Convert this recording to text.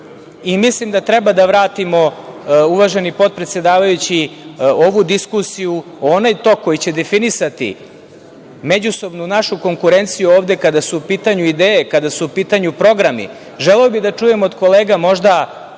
mislim da treba da vratimo, uvaženi potpresedavajući, ovu diskusiju u onaj tok koji će definisati međusobnu, našu konkurenciju ovde, kada su u pitanju ideje, kada su u pitanju programi. Želeo bih da čujem od kolega, možda